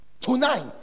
tonight